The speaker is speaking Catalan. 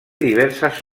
diverses